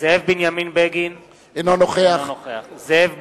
זאב בנימין בגין אינו נוכח זאב בוים,